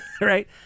right